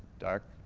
dark,